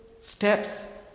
steps